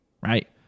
right